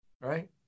right